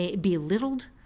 belittled